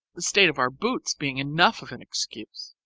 the state of our boots being enough of an excuse.